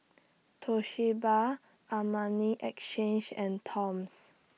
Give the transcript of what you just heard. Toshiba Armani Exchange and Toms